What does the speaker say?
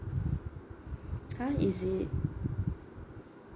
!huh! is it